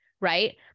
right